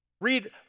Read